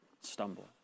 stumble